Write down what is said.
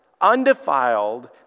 undefiled